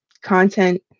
content